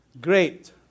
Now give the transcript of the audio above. Great